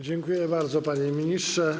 Dziękuję bardzo, panie ministrze.